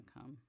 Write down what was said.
come